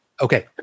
Okay